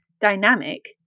dynamic